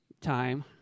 time